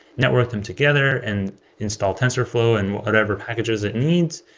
network them together and install tensorflow and whatever packages it needs,